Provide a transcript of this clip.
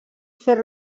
fer